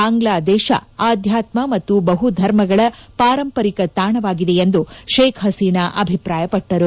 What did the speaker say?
ಬಾಂಗ್ಲಾದೇಶ ಆಧ್ಯಾತ್ಮ ಮತ್ತು ಬಹು ಧರ್ಮಗಳ ಪಾರಂಪರಿಕ ತಾಣವಾಗಿದೆ ಎಂದು ಶೇಕ್ಹಸೀನಾ ಅಭಿಪ್ರಾಯಪಟ್ಟರು